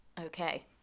okay